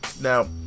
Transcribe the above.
Now